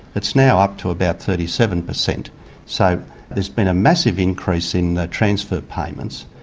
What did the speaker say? it's now up to about thirty seven per cent so there's been a massive increase in transfer payments.